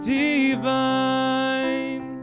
divine